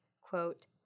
quote